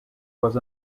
was